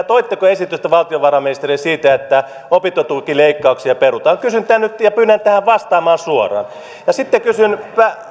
toitteko valtiovarainministerille esitystä siitä että opintotukileikkauksia perutaan kysyn tämän nyt ja pyydän tähän vastaamaan suoraan sitten kysyn